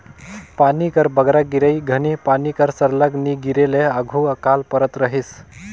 पानी कर बगरा गिरई घनी पानी कर सरलग नी गिरे ले आघु अकाल परत रहिस